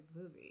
movie